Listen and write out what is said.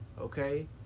okay